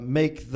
make